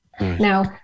Now